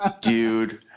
Dude